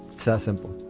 so simple.